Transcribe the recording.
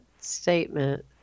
statement